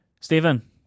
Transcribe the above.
Stephen